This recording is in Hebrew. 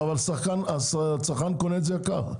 הצרכן קונה את זה יקר.